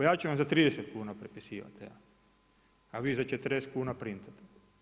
Ja ću vam za 30 kuna prepisivati evo, a vi za 40 kuna printate.